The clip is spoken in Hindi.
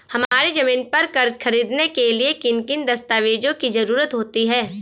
हमारी ज़मीन पर कर्ज ख़रीदने के लिए किन किन दस्तावेजों की जरूरत होती है?